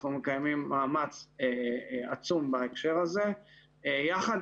אנחנו מקיימים מאמץ עצום בהקשר הזה יחד